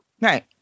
Right